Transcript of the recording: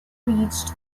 reached